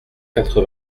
quatre